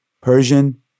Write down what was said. Persian